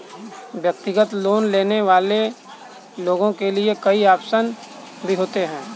व्यक्तिगत लोन लेने वाले लोगों के लिये कई आप्शन भी होते हैं